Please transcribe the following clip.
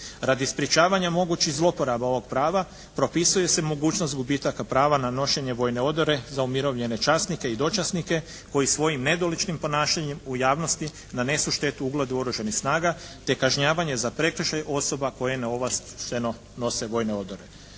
Radi sprječavanja mogućih zloporaba ovog prava propisuje se mogućnost gubitaka prava na nošenje vojne odore za umirovljene časnike i dočasnike koji svojim nedoličnim ponašanjem u javnosti nanesu štetu ugledu Oružanih snaga te kažnjavanje za prekršaj osoba koje neovlašteno nose vojne odore.